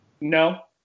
No